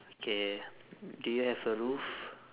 K do you have a roof